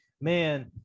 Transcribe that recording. man